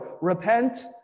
Repent